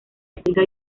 estricta